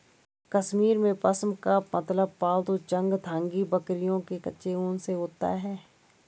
कश्मीर में, पश्म का मतलब पालतू चंगथांगी बकरियों के कच्चे ऊन से होता है